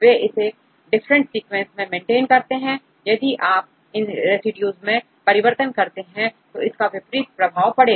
वे इसे different sequences में maintain करते हैं यदि आप इन रेसिड्यूज मैं परिवर्तन करते हैं तो इसका विपरीत प्रभाव पड़ेगा